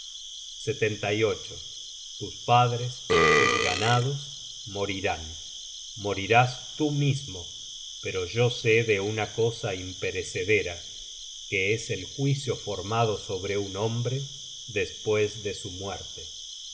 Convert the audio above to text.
fama jamás perece tus padres tus ganados morirán morirás tú mismo pero yo sé de una cosa imperecedera que es el juicio formado sobre un hombre despues de su muerte